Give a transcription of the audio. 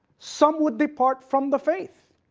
some would depart from the faith.